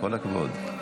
כל הכבוד.